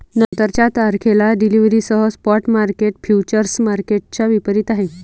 नंतरच्या तारखेला डिलिव्हरीसह स्पॉट मार्केट फ्युचर्स मार्केटच्या विपरीत आहे